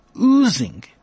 oozing